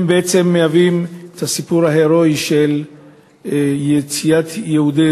בעצם מהווים את הסיפור ההירואי של יציאת יהודי